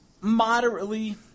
moderately